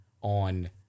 on